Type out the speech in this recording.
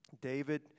David